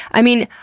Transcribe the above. i mean,